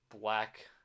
Black